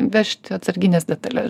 vežti atsargines detales